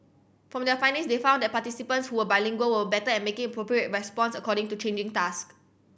from their findings they found their participants who were bilingual were better at making appropriate response according to changing task